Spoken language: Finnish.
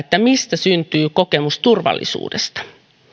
sitä mistä syntyy kokemus turvallisuudesta